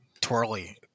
twirly